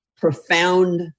profound